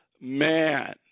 man